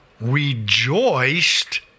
rejoiced